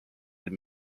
and